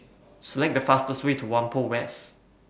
Select The fastest Way to Whampoa West